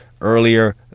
earlier